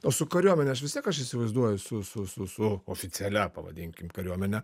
o su kariuomene aš vis tiek aš įsivaizduoju su su su oficialia pavadinkim kariuomene